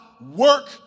work